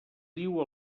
diu